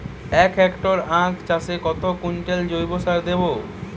এক হেক্টরে আখ চাষে কত কুইন্টাল জৈবসার দেবো?